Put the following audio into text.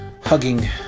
hugging